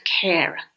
care